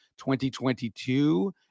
2022